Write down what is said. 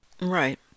Right